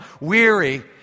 weary